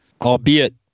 Albeit